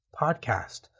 podcast